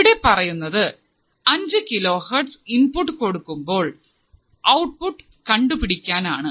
ഇവിടെ പറയുന്നത് അഞ്ചു കിലോ ഹേർട്സ് ഇൻപുട്ട് കൊടുക്കുമ്പോൾ ഔട്ട്പുട്ട് കണ്ടുപിടിക്കാൻ ആണ്